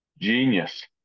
genius